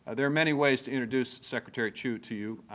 there are many ways to introduce secretary chu to you.